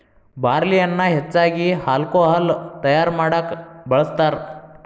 ಬಾರ್ಲಿಯನ್ನಾ ಹೆಚ್ಚಾಗಿ ಹಾಲ್ಕೊಹಾಲ್ ತಯಾರಾ ಮಾಡಾಕ ಬಳ್ಸತಾರ